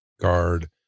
guard